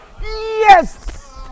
Yes